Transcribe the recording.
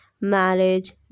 marriage